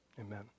amen